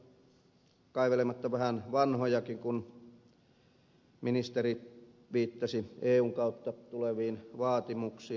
en malta olla kaivelematta vähän vanhojakin kun ministeri viittasi eun kautta tuleviin vaatimuksiin